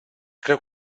creu